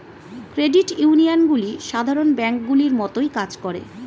credit ইউনিয়নগুলি সাধারণ ব্যাঙ্কগুলির মতোই কাজ করে